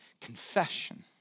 confession